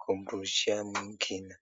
kumrushia mwengine.